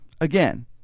again